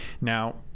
now